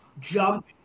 jump